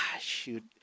Shoot